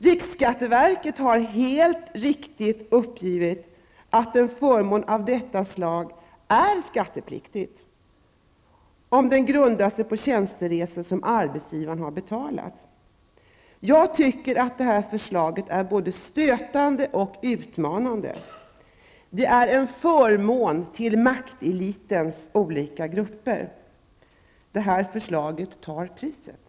Riksskatterverket har helt riktigt uppgivit att en förmån av detta slag är skattepliktig om den grundar sig på tjänsteresor som arbetsgivaren har betalat. Jag tycker att detta förslag är både stötande och utmanande. Det är en förmån tillmaktelitens olika grupper. Det här förslaget tar priset.